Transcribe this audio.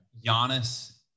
Giannis